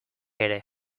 ere